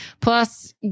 plus